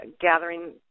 gathering